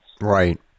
Right